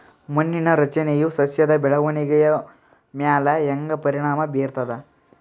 ಮಣ್ಣಿನ ರಚನೆಯು ಸಸ್ಯದ ಬೆಳವಣಿಗೆಯ ಮ್ಯಾಲ ಹ್ಯಾಂಗ ಪರಿಣಾಮ ಬೀರ್ತದ?